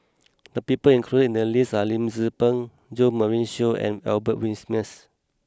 the people included in the list are Lim Tze Peng Jo Marion Seow and Albert Winsemius